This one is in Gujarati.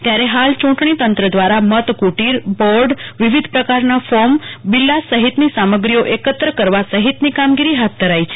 ત્યારે હાલ ચુટણી તંત્ર દવારા મતકૂટીર બોર્ડ વિવિધ પ્રકારના ફોર્મ બિલ્લા સહિતની સામગ્રીઓ એકત્ર કરવા સહિતની કામગીરી હાથ ધરાઈ છે